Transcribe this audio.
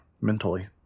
mentally